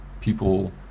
people